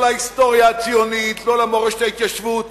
לא להיסטוריה הציונית, לא למורשת ההתיישבות.